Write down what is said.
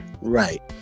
Right